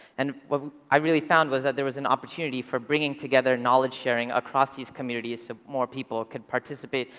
and what i really found was that there was an opportunity for bringing together knowledge sharing across these communities so more people could participate,